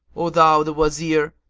o thou the wazir!